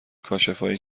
کاشفایی